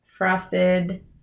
frosted